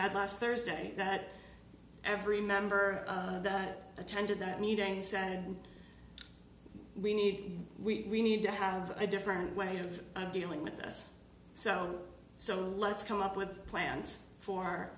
had last thursday that every member that attended that meeting said we need we need to have a different way of dealing with this so so let's come up with plans for